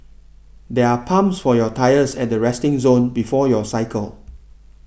there are pumps for your tyres at the resting zone before your cycle